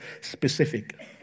specific